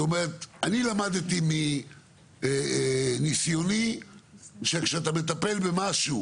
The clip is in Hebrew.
אני למדתי מניסיוני שכשאתה מטפל במשהו